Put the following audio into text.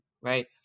right